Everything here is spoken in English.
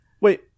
wait